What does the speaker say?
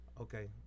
Okay